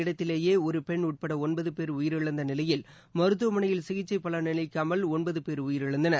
இடத்திலேயேஒருபெண் உட்படஒன்பதுபோ் உயிரிழந்தநிலையில் மருத்துவமனையில் சம்பவ சிகிச்சைபலனளிக்காமல் ஒன்பதுபேர் உயிரிழந்தனர்